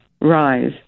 rise